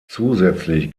zusätzlich